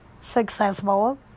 successful